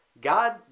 God